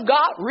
God